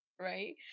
Right